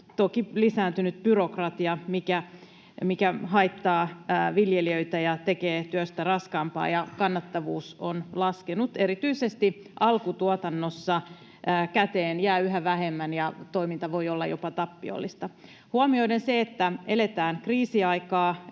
toki lisääntynyt byrokratia, mikä haittaa viljelijöitä ja tekee työstä raskaampaa — ja kannattavuus on laskenut. Erityisesti alkutuotannossa käteen jää yhä vähemmän ja toiminta voi olla jopa tappiollista. Huomioiden se, että eletään kriisiaikaa